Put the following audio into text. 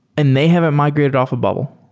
and they haven't migrated off of bubble.